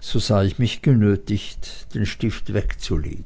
so sah ich mich genötigt den stift wegzulegen